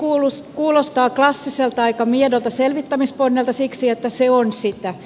ponsi kuulostaa klassiselta aika miedolta selvittämisponnelta siksi että se on sitä